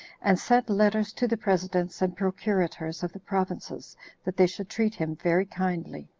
and sent letters to the presidents and procurators of the provinces that they should treat him very kindly.